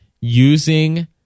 using